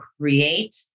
create